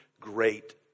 great